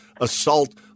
assault